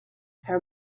her